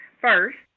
First